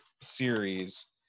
series